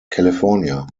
california